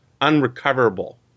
unrecoverable